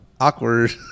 Awkward